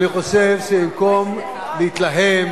אני חושב שבמקום להתלהם